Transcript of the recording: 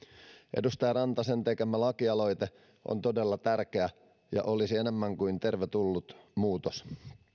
edustaja rantasen tekemä lakialoite on todella tärkeä ja olisi enemmän kuin tervetullut muutos